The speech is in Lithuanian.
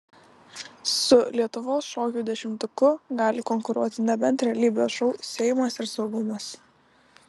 su lietuvos šokių dešimtuku gali konkuruoti nebent realybės šou seimas ir saugumas